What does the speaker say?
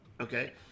okay